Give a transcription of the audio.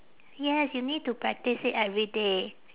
yes you need to practise it every day